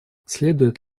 следует